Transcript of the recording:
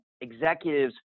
executives